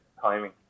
timing